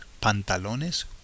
Pantalones